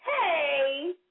Hey